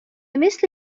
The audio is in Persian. مثل